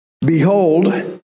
Behold